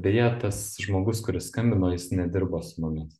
beje tas žmogus kuris skambino jis nedirbo su mumis